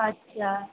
আচ্ছা